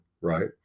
right